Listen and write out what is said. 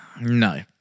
No